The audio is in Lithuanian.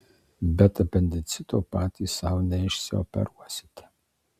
bet apendicito patys sau neišsioperuosite